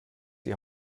die